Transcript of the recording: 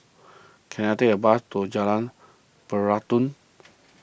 can I take a bus to Jalan Peradun